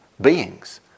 beings